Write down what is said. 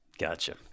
Gotcha